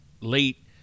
late